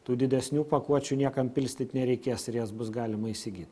tų didesnių pakuočių niekam pilstyt nereikės ir jas bus galima įsigyt